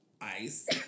Ice